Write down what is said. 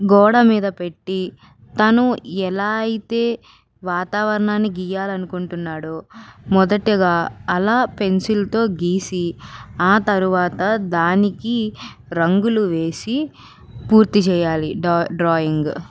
గోడ మీద పెట్టి తను ఎలా అయితే వాతావరణాన్ని గీయాలనుకుంటున్నాడో మొదటగా అలా పెన్సిల్తో గీసి ఆ తరువాత దానికి రంగులు వేసి పూర్తి చేయాలి డ్రాయింగ్